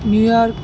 New York